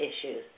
issues